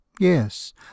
Yes